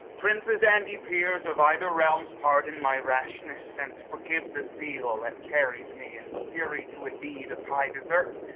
princes, and ye peers of either realms, pardon my rashness, and forgive the zeal that carries me in fury to a deed of high desert,